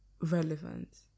relevant